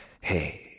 Hey